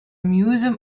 museum